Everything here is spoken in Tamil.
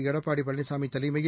எடப்பாடி பழனிசாமி தலைமையில்